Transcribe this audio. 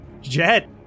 Jet